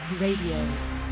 Radio